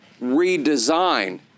redesign